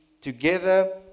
together